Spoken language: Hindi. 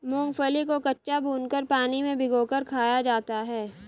मूंगफली को कच्चा, भूनकर, पानी में भिगोकर खाया जाता है